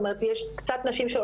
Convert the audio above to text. זאת אומרת יש יותר נשים,